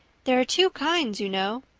there are two kinds, you know.